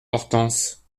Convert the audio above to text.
hortense